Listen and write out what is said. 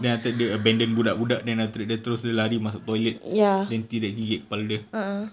then after that dia abandoned budak-budak then after that dia terus dia lari masuk toilet then T-rex gigit kepala dia